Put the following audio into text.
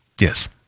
Yes